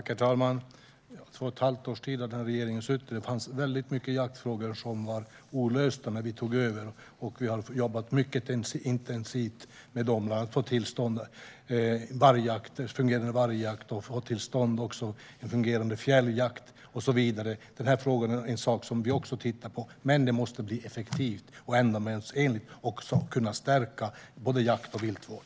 Herr talman! Regeringen har suttit i två och ett halvt års tid, och det var väldigt många jaktfrågor som var olösta när vi tog över. Vi har jobbat mycket intensivt för att få till stånd en fungerande vargjakt, en fungerande fjälljakt och så vidare. Denna fråga är också något som vi tittar på. Men myndigheten måste bli effektiv och ändamålsenlig och kunna stärka både jakt och viltvård.